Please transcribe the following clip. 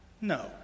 no